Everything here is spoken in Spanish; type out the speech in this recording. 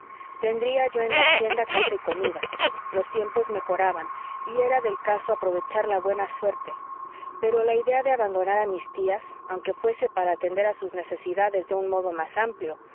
tendría yo en la hacienda casa y comida los tiempos mejoraban y era del caso aprovechar la buena suerte pero la idea de abandonar a mis tías aunque fuese para atender a sus necesidades de un modo más amplio